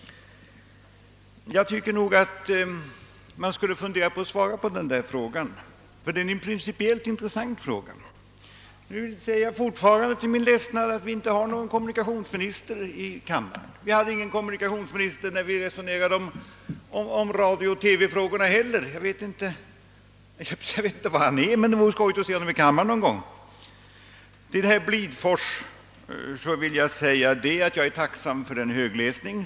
Men jag tycker nog att man skulle fundera på att svara på min fråga; den är principiellt intressant. Jag ser fortfarande till min ledsnad att kommunikationsministern inte är närvarande i kammaren — det var inte heller fallet när vi nyligen resonerade om radiooch TV-frågorna. Jag vet inte var han befinner sig, men det vore trevligt att få se honom här i kammaren någon gång. Till herr Blidfors vill jag säga att jag är tacksam för hans högläsning.